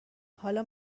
حالا